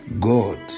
God